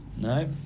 No